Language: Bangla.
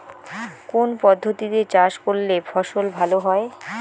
কোন পদ্ধতিতে চাষ করলে ফসল ভালো হয়?